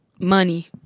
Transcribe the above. money